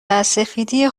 وسفیدی